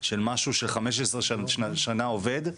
של משהו ש-15 שנה עובד,